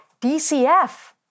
DCF